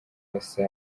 asa